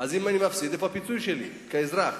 אם אני מפסיד, איפה הפיצוי שלי, כאזרח?